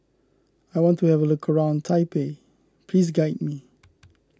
I want to have a look around Taipei please guide me